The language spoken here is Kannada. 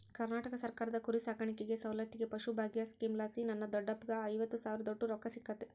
ಕರ್ನಾಟಕ ಸರ್ಕಾರದ ಕುರಿಸಾಕಾಣಿಕೆ ಸೌಲತ್ತಿಗೆ ಪಶುಭಾಗ್ಯ ಸ್ಕೀಮಲಾಸಿ ನನ್ನ ದೊಡ್ಡಪ್ಪಗ್ಗ ಐವತ್ತು ಸಾವಿರದೋಟು ರೊಕ್ಕ ಸಿಕ್ಕತೆ